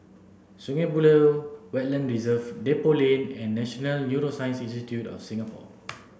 Sungei Buloh Wetland Reserve Depot Lane and National Neuroscience Institute of Singapore